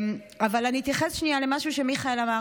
אני אתייחס שנייה למשהו שמיכאל אמר.